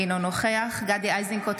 אינו נוכח גדי איזנקוט,